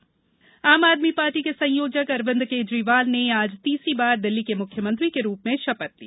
केजरीवाल शपथ आम आदमी पार्टी के संयोजक अरविन्द केजरीवाल ने आज तीसरी बार दिल्ली के मुख्यमंत्री के रूप में शपथ ली